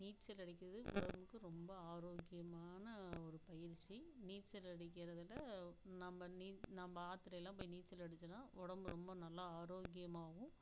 நீச்சல் அடிக்கிறது உடலுக்கு ரொம்ப ஆரோக்கியமான ஒரு பயிற்சி நீச்சல் அடிக்கிறதில் நம்ம நம்ம ஆத்துல எல்லாம் போய் நீச்சல் அடித்தோன்னா உடம்பு ரொம்ப நல்லா ஆரோக்கியமாகவும்